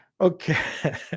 okay